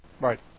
Right